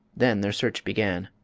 then their search began.